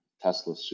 Tesla